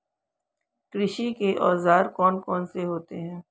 कृषि के औजार कौन कौन से होते हैं?